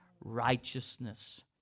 Righteousness